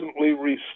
recently